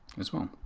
as well.